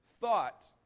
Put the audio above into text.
thought